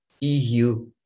EU